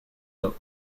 top